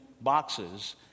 boxes